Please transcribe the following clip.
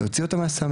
להוציא אותם מהסמים,